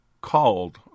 called